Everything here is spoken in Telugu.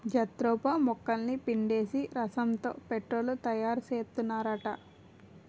జత్రోపా మొక్కలని పిండేసి రసంతో పెట్రోలు తయారుసేత్తన్నారట